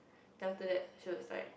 then after that she was like